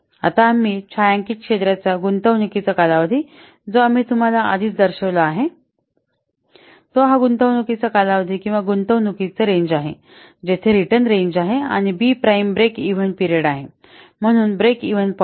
आता आम्ही छायांकित क्षेत्राचा गुंतवणूकीचा कालावधी जो आम्ही तुम्हाला आधीच दर्शविला आहे तो हा गुंतवणूकीचा कालावधी किंवा गुंतवणूकीचा रेंज आहे जेथे रिटर्न रेंज आहे आणि B prime break even period आहे म्हणून ब्रेक इव्हन पॉईंट